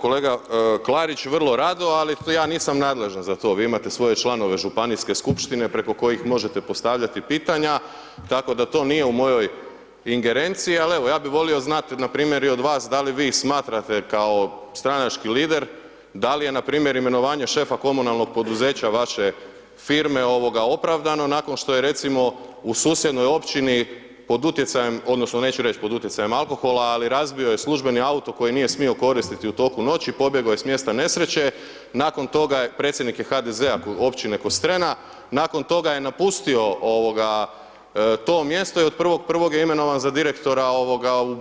Kolega Klarić, vrlo rado, ali tu ja nisam nadležan za to, vi imate svoje članove županijske skupštine preko kojih možete postavljati pitanja, tako da to nije u mojoj ingerenciji, al evo, ja bi volio znat npr. i od vas da li vi smatrate kao stranački lider da li je npr. imenovanje šefa komunalnog poduzeća vaše firme ovoga opravdano nakon što je recimo u susjednoj općini po utjecajem odnosno neću reći pod utjecajem alkohola, ali razbio je službeni auto koji nije smio koristiti u toku noći, pobjego je s mjesta nesreće, nakon toga, predsjednik je HDZ-a općine Kostrena, nakon toga je napustio to mjesto i od 1.1. je imenovan za direktora